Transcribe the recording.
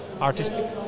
artistic